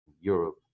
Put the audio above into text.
Europe